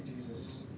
Jesus